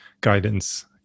guidance